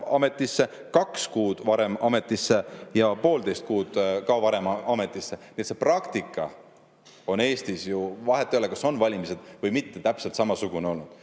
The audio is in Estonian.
ametisse, kaks kuud varem ametisse ja poolteist kuud varem ametisse. Nii et see praktika on Eestis ju – vahet ei ole, kas on valimised või mitte – täpselt samasugune olnud.